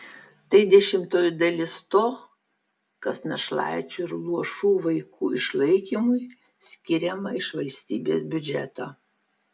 tai dešimtoji dalis to kas našlaičių ir luošų vaikų išlaikymui skiriama iš valstybės biudžeto